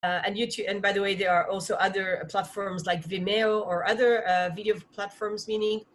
ובדרך כלל, יש גם פלטפורמות אחרות, כמו Vimeo או פלטפורמות אחרות, זאת אומרת...